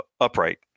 upright